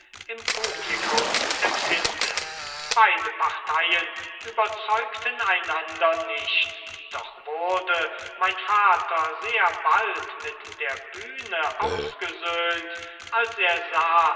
im publikum empfinde beide parteien überzeugten einander nicht doch wurde mein vater sehr bald mit der bühne ausgesöhnt als er sah